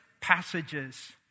passages